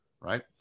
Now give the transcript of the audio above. right